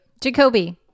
Jacoby